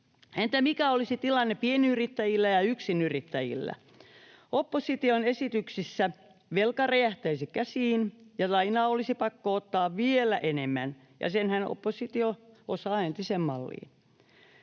Entä mikä olisi tilanne pienyrittäjillä ja yksinyrittäjillä? Opposition esityksissä velka räjähtäisi käsiin ja lainaa olisi pakko ottaa vielä enemmän, ja senhän oppositio osaa entiseen malliin.